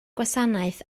gwasanaeth